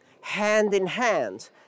hand-in-hand